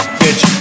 bitch